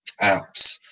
apps